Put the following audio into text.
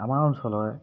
আমাৰ অঞ্চলৰে